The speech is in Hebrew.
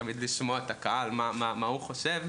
תמיד לשמוע את הקהל ומה הוא חשוב,